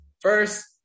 First